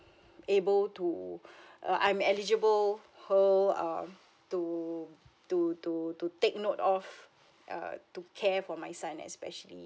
able to uh I'm eligible whole uh to to to to take note of uh to care for my son especially